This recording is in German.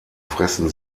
fressen